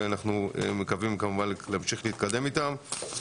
ואנחנו מקווים להמשיך להתקדם איתם.